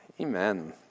Amen